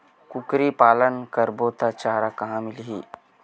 कुकरी पालन करबो त चारा कहां मिलही?